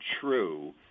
true